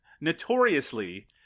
Notoriously